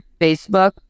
Facebook